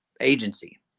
agency